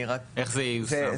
איך זה ייושם?